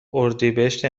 اردیبهشت